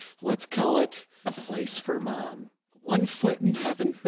let's call it place for mom. one foot in heaven.